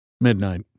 Midnight